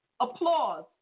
Applause